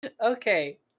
Okay